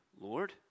Lord